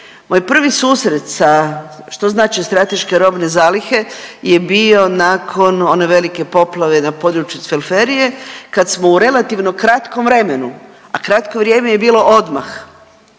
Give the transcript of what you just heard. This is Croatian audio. Moj prvi susret sa što znače strateške robne zalihe je bio nakon one velike poplave na području Cvelferije kad smo u relativno kratkom vremenu, a kratko vrijeme je bilo odmah,